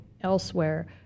elsewhere